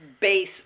base